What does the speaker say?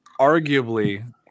Arguably